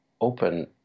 open